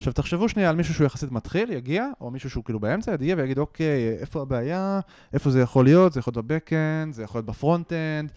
עכשיו תחשבו שנייה על מישהו שהוא יחסית מתחיל, יגיע, או מישהו שהוא כאילו באמצע יגיע ויגיד אוקיי איפה הבעיה, איפה זה יכול להיות, זה יכול להיות בבקנד, זה יכול להיות בפרונטנד